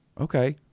Okay